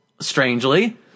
strangely